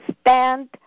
stand